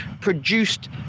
produced